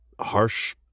harsh